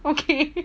okay